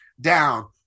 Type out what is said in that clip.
down